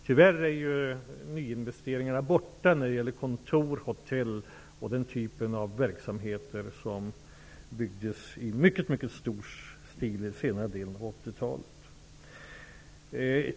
Tyvärr förekommer nu inte längre investeringar i kontor, hotell och liknande typer av anläggningar, som byggdes i mycket stor stil under senare delen av 80-talet.